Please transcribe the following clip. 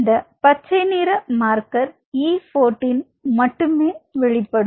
இந்த பச்சை நிற மார்க்கர் E14 மட்டும் வெளிப்படும்